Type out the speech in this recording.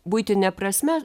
buitine prasme